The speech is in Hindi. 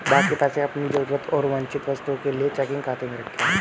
बाकी पैसे अपनी जरूरत और वांछित वस्तुओं के लिए चेकिंग खाते में रखें